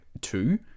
two